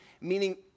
meaning